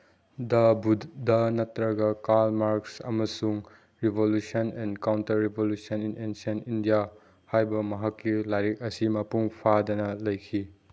ꯗ ꯕꯨꯙ ꯅꯠꯇ꯭ꯔꯒ Karl Marx ꯑꯃꯁꯨꯡ revolution and counter revolution in ancient India ꯍꯥꯏꯕ ꯃꯍꯥꯛꯀꯤ ꯂꯥꯏꯔꯤꯛ ꯃꯁꯤ ꯃꯄꯨꯡ ꯐꯥꯗꯅ ꯂꯩꯈꯤ